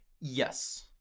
Yes